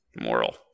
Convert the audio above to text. moral